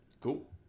Cool